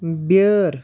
بیٛٲر